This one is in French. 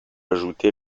ajouter